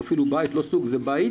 או אפילו בית ולא רק סוג של בית,